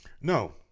No